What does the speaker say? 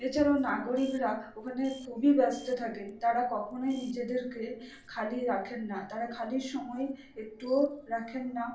এছাড়াও নাগরিকরা ওখানে খুবই ব্যস্ত থাকেন তারা কখনোই নিজেদেরকে খালি রাখেন না তারা খালি সময় একটুও রাখেন না